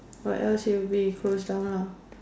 or else it will be closed down ah